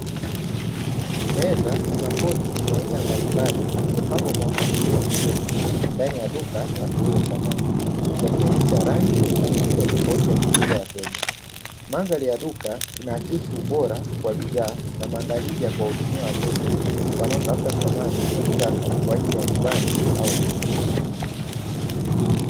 Meza na makochi ya aina mbalimbali yamepangwa kwa mpangilio mzuri ndani ya duka la kuuza samani, yakionyesha rangi na mitindo tofauti ya kuvutia wateja. Mandhari ya duka inaakisi ubora wa bidhaa na maandalizi ya kuwahudumia wateja wanaotafuta samani za kisasa kwa ajili ya nyumbani au ofisini.